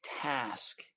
task